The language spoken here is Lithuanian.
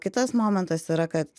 kitas momentas yra kad